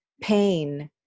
Pain